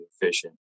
efficient